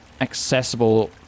accessible